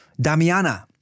Damiana